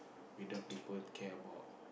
without people care about